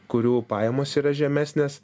kurių pajamos yra žemesnės